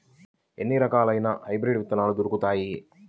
ఎన్ని రకాలయిన హైబ్రిడ్ విత్తనాలు దొరుకుతాయి?